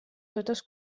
totes